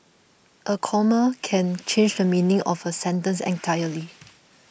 a comma can change the meaning of a sentence entirely